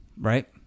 right